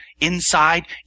Inside